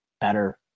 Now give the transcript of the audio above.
better